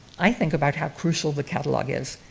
i think about how crucial the catalogue is.